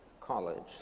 college